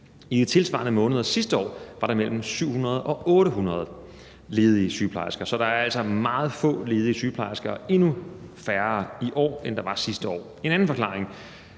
I de tilsvarende måneder sidste år var der mellem 700 og 800 ledige sygeplejersker. Så der er altså meget få ledige sygeplejersker – endnu færre i år, end der var sidste år. En anden forklaring